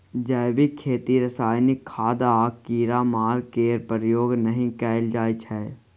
जैबिक खेती रासायनिक खाद आ कीड़ामार केर प्रयोग नहि कएल जाइ छै